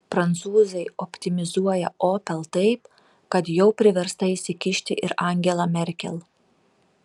prancūzai optimizuoja opel taip kad jau priversta įsikišti ir angela merkel